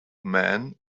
man